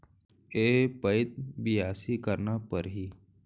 के पइत बियासी करना परहि?